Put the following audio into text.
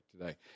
today